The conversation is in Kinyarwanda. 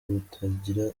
butagira